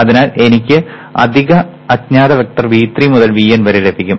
അതിനാൽ എനിക്ക് അധിക അജ്ഞാത വെക്റ്റർ V3 മുതൽ Vn വരെ ലഭിക്കും